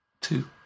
Two